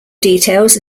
details